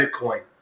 Bitcoin